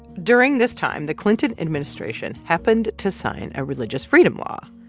during this time, the clinton administration happened to sign a religious freedom law.